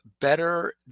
better